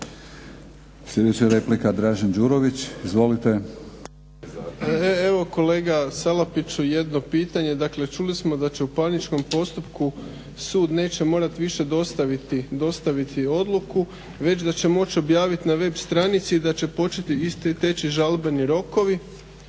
Izvolite. **Đurović, Dražen (HDSSB)** Evo kolega Salapiću jedno pitanje, dakle čuli smo da će u parničnom postupku sud neće morati više dostaviti odluku već da će moći objaviti na web stranici i da će početi isti teći žalbeni rokovi.